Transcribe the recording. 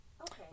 Okay